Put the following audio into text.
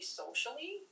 socially